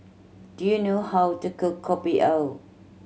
do you know how to cook Kopi O